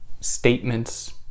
statements